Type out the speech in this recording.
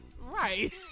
right